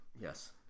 Yes